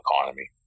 economy